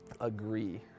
agree